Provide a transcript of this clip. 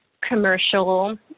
commercial